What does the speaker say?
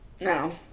No